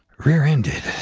rear-ended.